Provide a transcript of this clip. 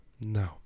No